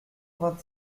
vingt